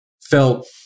felt